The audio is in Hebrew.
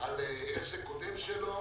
עסק קודם שלו.